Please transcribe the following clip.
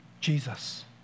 Jesus